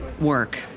work